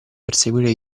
perseguire